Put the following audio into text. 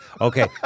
Okay